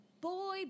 boy